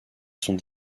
sont